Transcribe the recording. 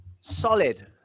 Solid